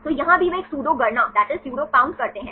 तो यहाँ भी वे एक सूडो गणना करते हैं